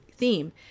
theme